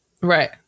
right